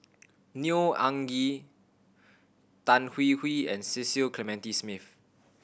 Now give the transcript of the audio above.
Neo Anngee Tan Hwee Hwee and Cecil Clementi Smith